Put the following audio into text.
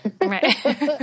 right